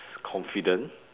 confident